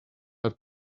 had